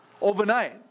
overnight